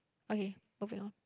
okay moving on